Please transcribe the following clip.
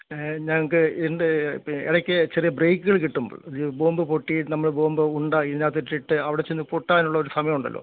ഞങ്ങൾക്ക് എന്ത് ഇടക്ക് ചെറിയ ബ്രേക്ക്കൾ കിട്ടും ബോംബ് പൊട്ടി നമ്മൾ ബോംബ് ഉണ്ട ഇതിനകത്തിട്ടിട്ട് അവിടെച്ചെന്ന് പൊട്ടാനുള്ളൊരു സമയമുണ്ടല്ലൊ